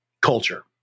culture